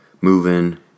moving